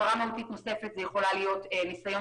הפרה מהותית נוספת יכולה להיות ניסיון